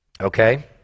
okay